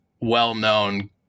well-known